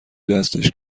دستش